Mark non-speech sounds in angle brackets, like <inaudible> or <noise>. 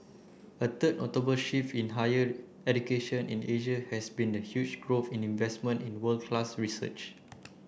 a <unintelligible> <unintelligible> notable shift in higher education in Asia has been the huge growth in investment in world class research